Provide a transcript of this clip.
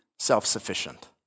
Self-sufficient